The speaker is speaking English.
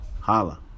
Holla